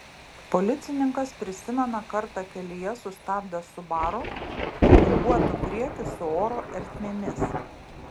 policininkas prisimena kartą kelyje sustabdęs subaru tiuninguotu priekiu su oro ertmėmis